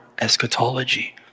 eschatology